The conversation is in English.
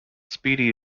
speedy